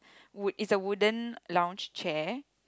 wood it's a wooden lounge chair